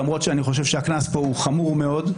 למרות שאני חושב שהקנס פה הוא חמור מאוד.